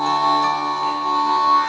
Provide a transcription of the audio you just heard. oh